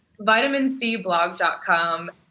vitamincblog.com